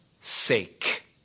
sake